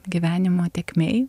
gyvenimo tėkmėj